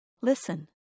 Listen